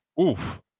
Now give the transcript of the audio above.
Oof